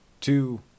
two